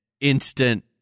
instant